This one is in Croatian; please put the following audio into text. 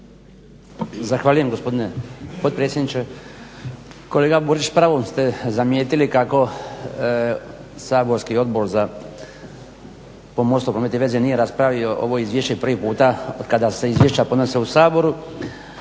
Zahvaljujem gospodine potpredsjedniče. Kolega Borić, s pravom ste zamijetili kako saborski Odbor za pomorstvo, promet i veze nije raspravio ovo izvješće prvi puta otkada se izvješća podnose u Saboru,